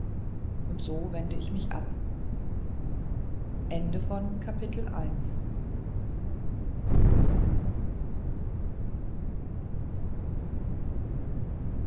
und so wende ich mich ab